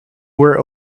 were